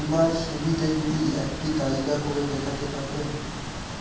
বীমার সুবিধে গুলি একটি তালিকা করে দেখাতে পারবেন?